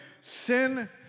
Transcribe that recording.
sin